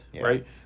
right